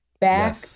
back